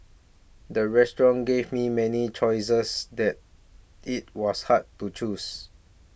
the restaurant gave me many choices that it was hard to choose